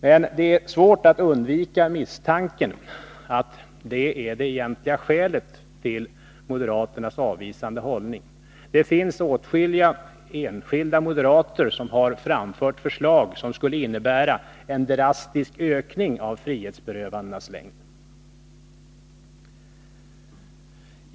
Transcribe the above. Men det är svårt att undvika misstanken att det är det egentliga skälet till moderaternas avvisande hållning. Det finns åtskilliga enskilda moderater som har framfört förslag som skulle innebära en drastisk ökning av frihetsberövandenas längd.